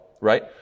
Right